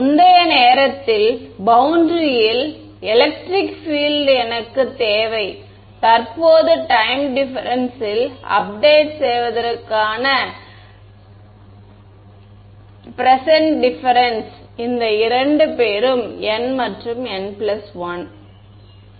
முந்தைய நேரத்தில் பௌண்டரியில் எலெக்ட்ரிக் பீல்ட் எனக்கு தேவை தற்போதைய டைம் டிஃபரென்ஸ் ல் அப்டேட் செய்வதற்க்கான ப்ரெசென்ட் டிஃபரென்ஸ் இந்த இரண்டு பேரும் n மற்றும் n 1 சரி